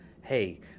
hey